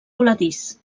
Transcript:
voladís